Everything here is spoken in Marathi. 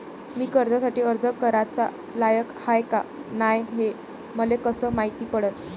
मी कर्जासाठी अर्ज कराचा लायक हाय का नाय हे मले कसं मायती पडन?